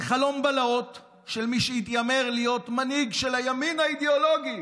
זה חלום בלהות של מי שהתיימר להיות מנהיג של הימין האידיאולוגי